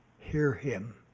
hear him!